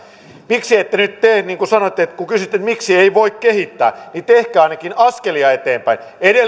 kuuluukin miksi ette tee niin kuin sanoitte kun kysyitte miksi ei voi kehittää niin tehkää ainakin askelia eteenpäin